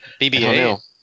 BBA